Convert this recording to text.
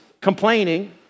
complaining